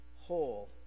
whole